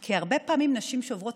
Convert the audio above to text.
כי הרבה פעמים נשים שעוברות